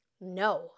no